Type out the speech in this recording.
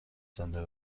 زنده